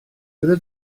gyda